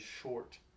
short